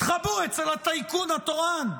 התחבאו אצל הטייקון התורן.